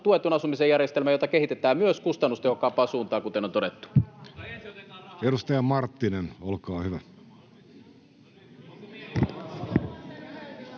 tuetun asumisen järjestelmä, jota kehitetään myös kustannustehokkaampaan suuntaan, kuten on todettu. [Timo Harakka: Mutta